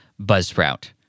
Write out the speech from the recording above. buzzsprout